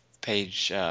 page